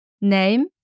Name